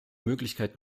möglichkeit